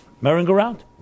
merry-go-round